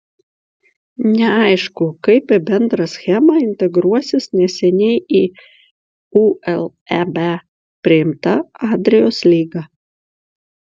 neaišku kaip į bendrą schemą integruosis neseniai į uleb priimta adrijos lyga